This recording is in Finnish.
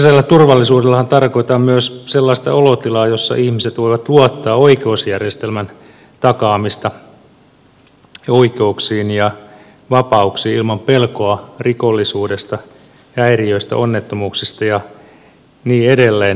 sisäisellä turvallisuudellahan tarkoitetaan myös sellaista olotilaa jossa ihmiset voivat luottaa siihen että oikeusjärjestelmä takaa oikeudet ja vapaudet ilman pelkoa rikollisuudesta häiriöistä onnettomuuksista ja niin edelleen